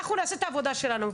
אנחנו נעשה את העבודה שלנו.